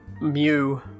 mu